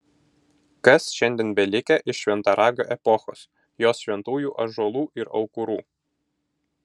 kas šiandien belikę iš šventaragio epochos jos šventųjų ąžuolų ir aukurų